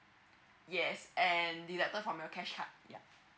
yes and deducted from your cash card yup